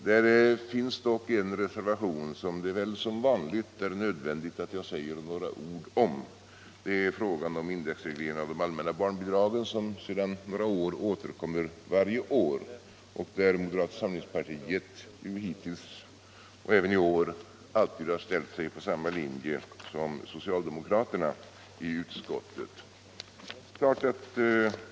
Där finns dock en reservation som det väl, som vanligt, är nödvändigt att säga några ord om. Det gäller indexreglering av allmänna barnbidraget, ett förslag som återkommer varje år och där moderata samlingspartiet i utskottet hittills ställt sig på samma linje som socialdemokraterna.